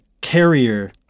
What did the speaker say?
carrier